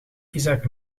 isaac